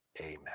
Amen